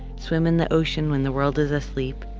swim in the ocean when the world is asleep,